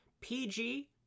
PG